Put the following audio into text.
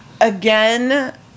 again